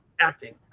acting